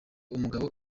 umugabo